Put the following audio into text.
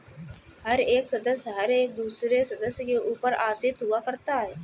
हर एक सदस्य हर दूसरे सदस्य के ऊपर आश्रित हुआ करता है